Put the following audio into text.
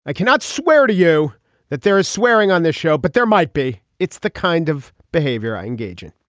i cannot swear to you that there is swearing on this show, but there might be. it's the kind of behavior i engage in